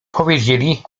powiedzieli